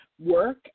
work